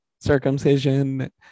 circumcision